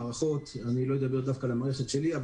לא אדבר דווקא על המערכת שלי,